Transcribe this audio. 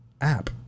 app